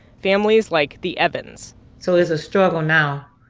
families like the evans so it's a struggle now.